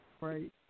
Right